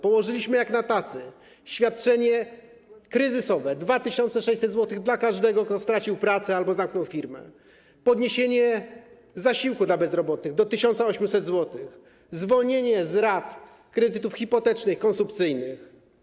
Podaliśmy jak na tacy: świadczenie kryzysowe, czyli 2600 zł dla każdego, kto stracił pracę albo zamknął firmę, podniesienie zasiłku dla bezrobotnych do 1800 zł, zwolnienie z rat kredytów hipotecznych, konsumpcyjnych.